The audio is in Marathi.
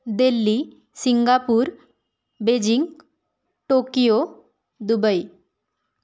Delhi Singapore Beijing Tokyo Dubai